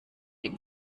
ihm